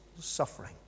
suffering